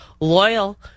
Loyal